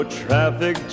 traffic